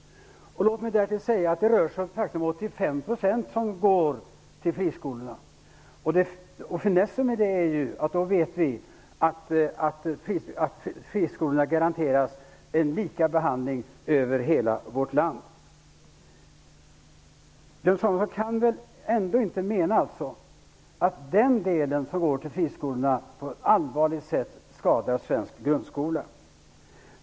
Låt mig därtill säga att det rör sig faktiskt om en bidragsnivå på 85 % som går till friskolorna. Finessen med det är ju att då vet vi att friskolorna garanteras en lika behandling över hela vårt land. Björn Samuelson kan väl ändå inte mena att den del som går till friskolorna på ett allvarligt sätt skadar svensk grundskola?